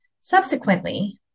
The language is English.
Subsequently